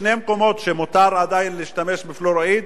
בשני מקומות שמותר עדיין להשתמש בפלואוריד,